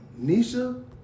nisha